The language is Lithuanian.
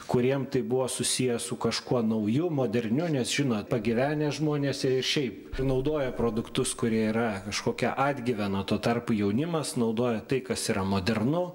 kuriem tai buvo susiję su kažkuo nauju moderniu nes žinot pagyvenę žmonės ir šiaip naudoja produktus kurie yra kažkokia atgyvena tuo tarpu jaunimas naudoja tai kas yra modernu